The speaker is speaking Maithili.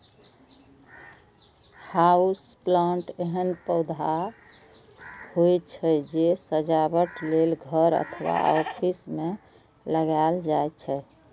हाउस प्लांट एहन पौधा होइ छै, जे सजावट लेल घर अथवा ऑफिस मे लगाएल जाइ छै